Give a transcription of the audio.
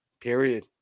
Period